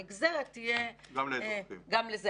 הנגזרת תהיה גם לזה.